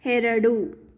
ಎರಡು